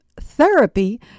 therapy